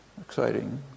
exciting